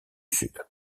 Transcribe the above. sud